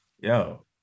yo